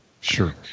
Sure